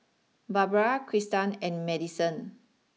Barbra Kristan and Madisen